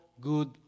good